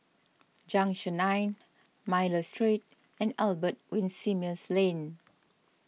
Junction nine Miller Street and Albert Winsemius Lane